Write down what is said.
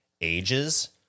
ages